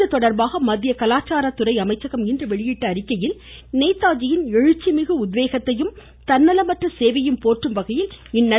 இதுதொடர்பாக மத்திய கலாச்சார துறை அமைச்சகம் இன்று வெளியிட்டுள்ள அறிக்கையில் நேதாஜியின் எழுச்சிமிகு உத்வேகத்தையும் தன்னலமற்ற சேவையையும் போற்றும் வகையில் இந்நடவடிக்கை என்று கூறியுள்ளது